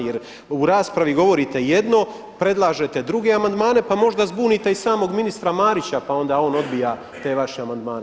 Jer u raspravi govorite jedno, predlažete druge amandmane pa možda zbunite i samog ministra Marića pa onda on odbija te vaše amandmane.